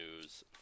news